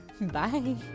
bye